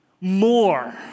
more